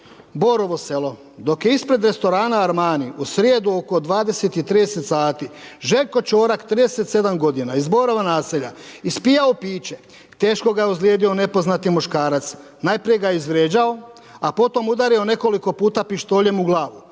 Borovo selo dok je ispred restorana Armani u srijedu oko 20.30 sati Željko Čorak 37 godina iz Borova naselja ispijao piće teško ga je ozlijedio nepoznati muškarac. Najprije ga je izvrijeđao, a potom udario nekoliko puta pištoljem u glavu